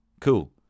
Cool